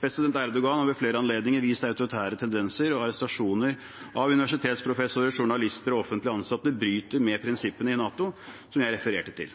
President Erdogan har ved flere anledninger vist autoritære tendenser, og arrestasjoner av universitetsprofessorer, journalister og offentlig ansatte bryter med prinsippene i NATO, som jeg refererte til.